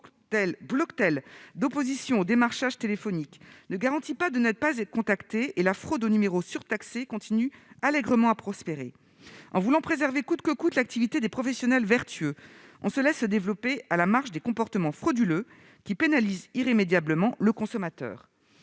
Bloctel d'opposition au démarchage téléphonique ne garantit pas de ne pas être contacté et la fraude aux numéros surtaxés continue allègrement à prospérer. En voulant préserver coûte que coûte l'activité des professionnels vertueux, on laisse se développer à la marge des comportements frauduleux qui pénalisent irrémédiablement le consommateur.